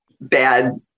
bad